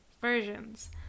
versions